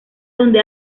donde